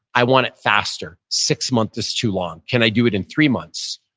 i want it faster, six months is too long. can i do it in three months?